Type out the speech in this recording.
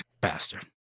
Bastard